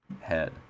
Head